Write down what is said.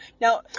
Now